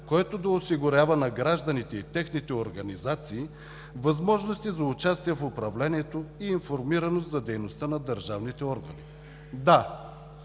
което да осигурява на гражданите и техните организации възможности за участие в управлението и информираност за дейността на държавните органи. Да,